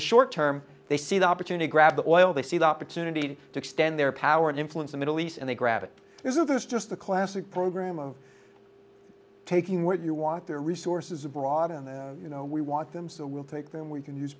the short term they see the opportunity grab the oil they see the opportunity to extend their power and influence the middle east and they grab it isn't this just the classic program of taking what you want their resources abroad and then you know we want them so we'll take them we can use